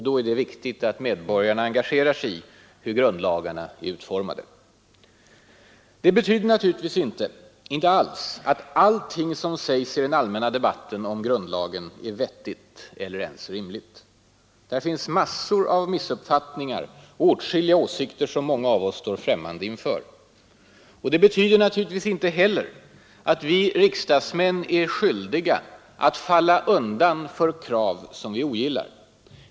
Då är det viktigt att medborgarna engagerar sig i hur grundlagarna är utformade. Det betyder naturligtvis inte alls att allt som sägs i den allmänna debatten om grundlagen är vettigt eller ens rimligt. Där finns massor av missuppfattningar och åtskilliga åsikter som många av oss står främmande för. Det betyder naturligtvis inte heller att vi riksdagsmän är skyldiga att falla undan för krav som vi ogillar.